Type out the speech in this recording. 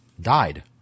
died